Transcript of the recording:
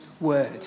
word